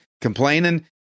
complaining